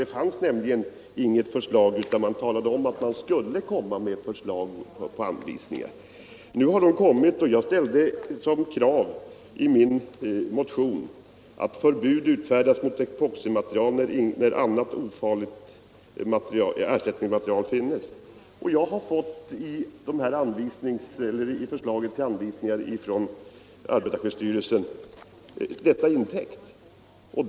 Det fanns nämligen inget förslag, utan man talade om att det skulle komma förslag till anvisningar. Nu har sådant förslag kommit. Jag ställde som krav i min motion att ”förbud utfärdas mot epoximaterial när annat ofarligt ersättningsmaterial finns”. Jag har i förslaget till anvisningar från arbetarskyddsstyrelsen fått detta krav intäckt.